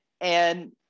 And-